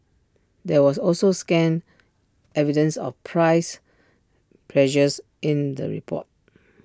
there was also scant evidence of price pressures in the report